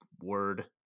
word